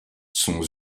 sont